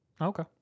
Okay